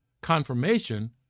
confirmation